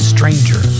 Stranger